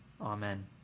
Amen